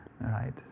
right